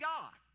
God